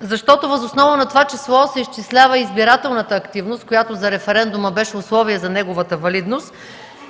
Защото въз основа на това число се изчислява избирателната активност, която за референдума беше условие за неговата валидност.